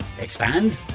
expand